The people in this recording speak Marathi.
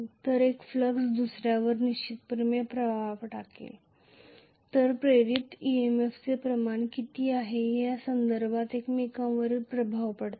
जर एक फ्लक्स दुसऱ्यावर निश्चितपणे प्रभाव पाडत असेल तर प्रेरित EMF चे प्रमाण किती आहे या संदर्भात ते एकमेकांवर प्रभाव पाडतील